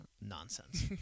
nonsense